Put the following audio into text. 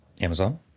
Amazon